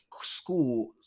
school